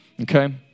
Okay